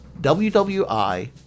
WWI